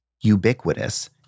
ubiquitous